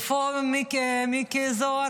איפה מיקי זוהר?